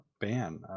ban